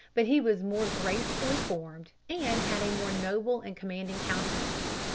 but he was more gracefully formed, and had a more noble and commanding countenance.